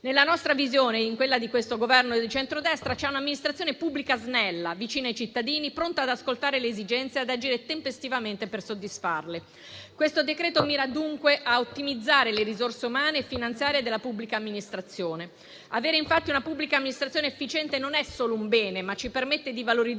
Nella nostra visione e in quella di questo Governo di centrodestra, c'è un'amministrazione pubblica snella, vicina ai cittadini e pronta ad ascoltare le esigenze e ad agire tempestivamente per soddisfarle. Questo decreto-legge mira dunque a ottimizzare le risorse umane e finanziarie della pubblica amministrazione: avere infatti una pubblica amministrazione efficiente non è solo un bene, ma ci permette di valorizzare